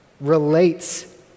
relates